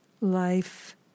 life